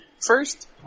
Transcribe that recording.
first